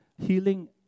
healing